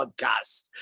podcast